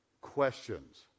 questions